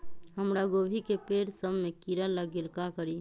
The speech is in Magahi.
हमरा गोभी के पेड़ सब में किरा लग गेल का करी?